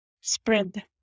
spread